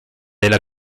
della